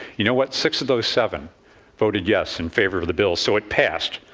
you know what? six of those seven voted yes in favor of the bill, so it passed,